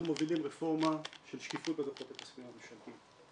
אנחנו מובילים רפורמה של שקיפות בדוחות הכספיים הממשלתיים.